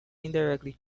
indirectly